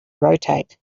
rotate